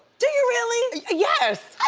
do you really? yes!